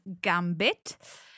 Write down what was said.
Gambit